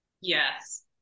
Yes